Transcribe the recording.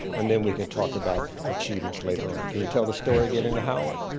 and then we can talk about achievements later on. can you tell the story, getting to howard?